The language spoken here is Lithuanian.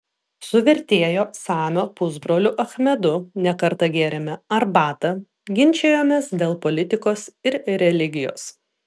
su vertėjo samio pusbroliu achmedu ne kartą gėrėme arbatą ginčijomės dėl politikos ir religijos